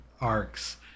arcs